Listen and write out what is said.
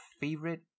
favorite